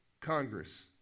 Congress